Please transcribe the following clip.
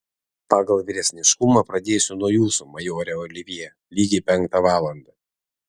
pagal vyresniškumą pradėsiu nuo jūsų majore olivjė lygiai penktą valandą